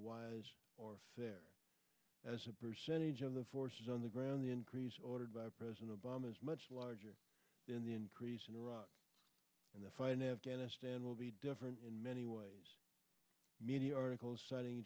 wise or fair as a percentage the forces on the ground the increase ordered by president obama is much larger than the increase in iraq and the fine afghanistan will be different in many ways many articles citing